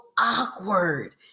awkward